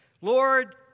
Lord